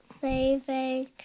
saving